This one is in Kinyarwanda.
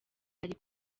ari